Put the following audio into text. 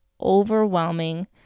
overwhelming